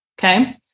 Okay